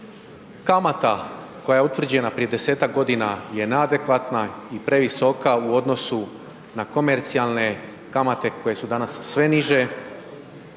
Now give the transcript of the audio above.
kamata koja je utvrđena prije 10-ak godina je neadekvatna i previsoka u odnosu na komercijalne kamate koje su danas sve niže